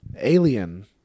Alien